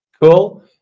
Cool